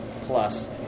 plus